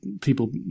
People